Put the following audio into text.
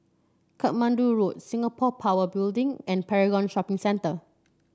Katmandu Road Singapore Power Building and Paragon Shopping Centre